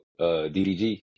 DDG